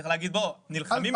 צריך להגיד שנלחמים בשביל זה.